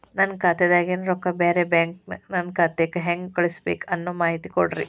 ನನ್ನ ಖಾತಾದಾಗಿನ ರೊಕ್ಕ ಬ್ಯಾರೆ ಬ್ಯಾಂಕಿನ ನನ್ನ ಖಾತೆಕ್ಕ ಹೆಂಗ್ ಕಳಸಬೇಕು ಅನ್ನೋ ಮಾಹಿತಿ ಕೊಡ್ರಿ?